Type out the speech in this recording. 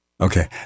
Okay